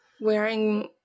wearing